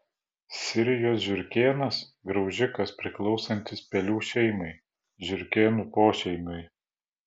sirijos žiurkėnas graužikas priklausantis pelių šeimai žiurkėnų pošeimiui